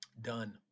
Done